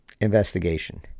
investigation